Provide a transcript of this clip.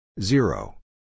Zero